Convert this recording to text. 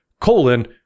colon